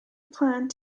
planned